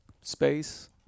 space